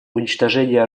уничтожение